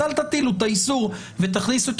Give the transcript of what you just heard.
אז אל תטילו את האיסור ותכניסו את